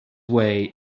way